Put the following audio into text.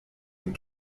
ihn